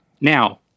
Now